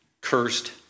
cursed